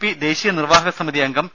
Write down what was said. P ദേശീയ നിർവാഹകസമിതിയംഗം P